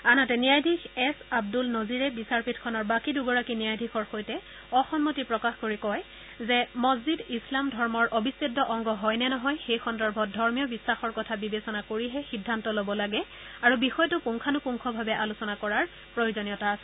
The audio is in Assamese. আনহাতে ন্যায়াধীশ এছ আব্দুল নজিৰে বিচাৰপীঠখনৰ বাকী দুগৰাকী ন্যায়াধীশৰ সৈতে অসন্মতি প্ৰকাশ কৰি কয় যে মছজিদ ইছলাম ধৰ্মৰ অবিচ্ছেদ্য অংগ হয় নে নহয় সেই সন্দৰ্ভত ধৰ্মীয় বিশ্বাসৰ কথা বিবেচনা কৰিহে সিদ্ধান্ত ল'ব লাগে আৰু বিষয়টো পুংখানুপুংখভাৱে আলোচনা কৰাৰ আৱশ্যকতা আছে